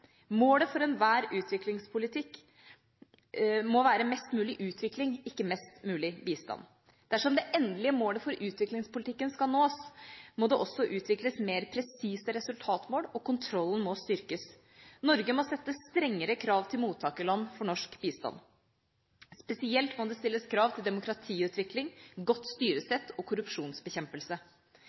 Målet for enhver utviklingspolitikk må være mest mulig utvikling, ikke mest mulig bistand. Dersom det endelige målet for utviklingspolitikken skal nås, må det også utvikles mer presise resultatmål, og kontrollen må styrkes. Norge må stille strengere krav til mottakerland for norsk bistand. Spesielt må det stilles krav til demokratiutvikling, godt styresett og korrupsjonsbekjempelse.